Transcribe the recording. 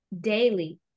daily